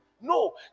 No